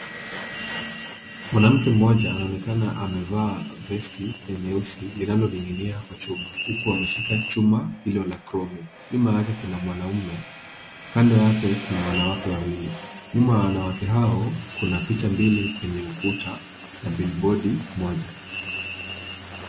Mwanamke mmoja anaonekana amevaa vesti ya nyeusi linaloning'inia kwa chuma, huku ameshika chuma iliyo na kromu, nyuma yake kuna mwanamume, kando yake kuna wanawake wawili, nyuma ya wanawake hao kuna picha mbili kwenye ukuta na billboard moja.